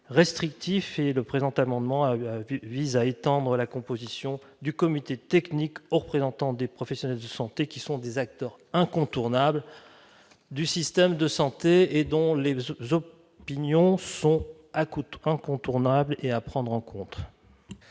Le présent amendement vise donc à étendre la composition du comité technique aux représentants des professionnels de santé, acteurs incontournables du système de santé et dont les opinions doivent être prises en compte.